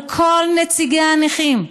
אבל כל נציגי הנכים,